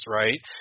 right